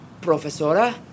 profesora